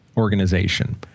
organization